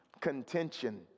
contention